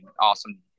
awesome